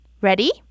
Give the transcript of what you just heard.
Ready